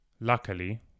Luckily